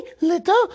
little